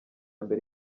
mbere